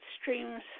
streams